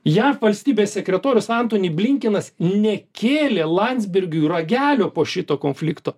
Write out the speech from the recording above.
jav valstybės sekretorius antoni blinkinas nekėlė landsbergiui ragelio po šito konflikto